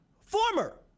former